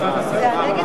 בחיים.